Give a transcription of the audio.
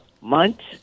months